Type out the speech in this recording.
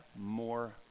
more